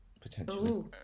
potentially